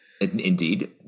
Indeed